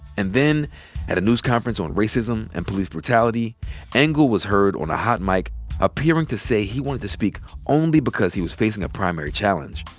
and then at a news conference on racism and police brutality engle was heard on a hot mic appearing to say he wanted to speak only because he was facing a primary challenge,